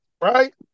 right